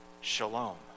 shalom